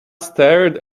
starred